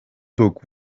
book